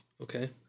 Okay